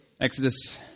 Exodus